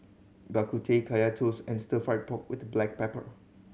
Bak Kut Teh Kaya Toast and Stir Fried Pork With Black Pepper